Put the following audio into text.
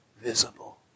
visible